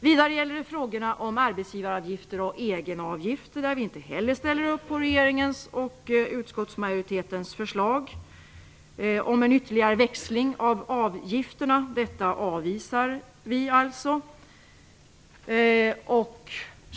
Vidare gäller det frågorna om arbetsgivaravgifter och egenavgifter, där vi inte heller ställer upp på regeringens och utskottsmajoritetens förslag om en ytterligare växling av avgifterna. Detta avvisar vi alltså.